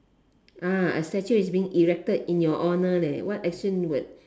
ah a statue is being erected in your honour leh what action would